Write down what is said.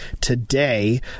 today